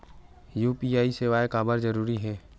UPI सेवाएं काबर जरूरी हे?